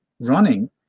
running